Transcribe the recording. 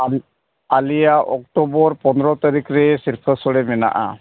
ᱟᱢ ᱟᱞᱮᱭᱟᱜ ᱚᱠᱴᱳᱵᱚᱨ ᱯᱚᱱᱨᱚ ᱛᱟᱹᱨᱤᱠᱷ ᱨᱮ ᱥᱤᱨᱯᱟᱹ ᱥᱳᱲᱮ ᱢᱮᱱᱟᱜᱼᱟ